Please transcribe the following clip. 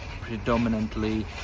predominantly